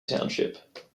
township